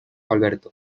alberto